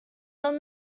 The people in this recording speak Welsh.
ond